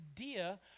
idea